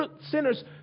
sinners